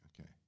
Okay